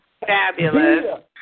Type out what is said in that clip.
Fabulous